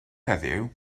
heddiw